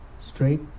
straight